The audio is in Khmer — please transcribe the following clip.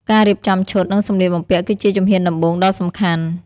ការរៀបចំឈុត និងសម្លៀកបំពាក់ គឺជាជំហានដំបូងដ៏សំខាន់។